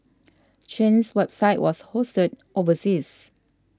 Chen's website was hosted overseas